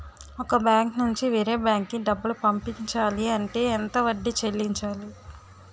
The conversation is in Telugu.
ఒక బ్యాంక్ నుంచి వేరే బ్యాంక్ కి డబ్బులు పంపించాలి అంటే ఎంత వడ్డీ చెల్లించాలి?